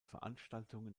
veranstaltungen